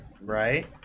right